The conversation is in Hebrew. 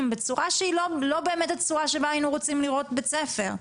ובצורה שהיא לא באמת הצורה שבה היינו רוצים לראות בית ספר.